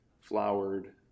flowered